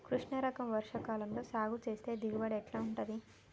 కృష్ణ రకం వర్ష కాలం లో సాగు చేస్తే దిగుబడి ఎట్లా ఉంటది?